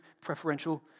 preferential